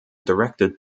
directed